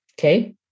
okay